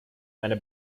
eine